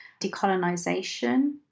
decolonisation